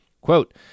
Quote